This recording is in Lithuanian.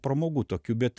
pramogų tokių bet